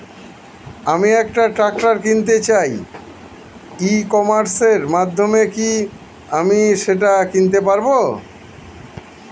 আমি একটা ট্রাক্টর কিনতে চাই ই কমার্সের মাধ্যমে কি আমি সেটা কিনতে পারব?